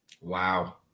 Wow